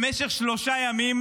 במשך שלושה ימים